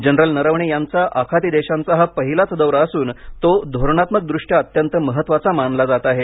general Naravane यांचा आखाती देशांचा हा पहिलाच दौरा असून तो धोरणात्मक दृष्ट्या अत्यंत महत्त्वाचा मानला जात आहे